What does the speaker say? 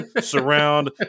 surround